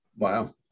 Wow